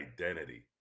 identity